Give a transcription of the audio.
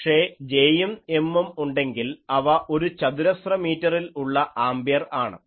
പക്ഷേ J യും M ഉം ഉണ്ടെങ്കിൽ അവ ഒരു ചതുരശ്ര മീറ്ററിൽ ഉള്ള ആമ്പിയർ ആണ്